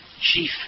chief